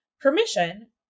permission